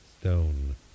stone